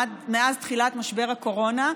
מאז תחילת משבר הקורונה,